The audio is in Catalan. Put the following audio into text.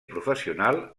professional